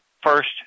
first